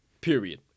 Period